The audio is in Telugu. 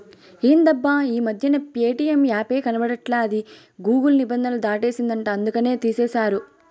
ఎందబ్బా ఈ మధ్యన ప్యేటియం యాపే కనబడట్లా అది గూగుల్ నిబంధనలు దాటేసిందంట అందుకనే తీసేశారు